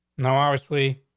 now, obviously,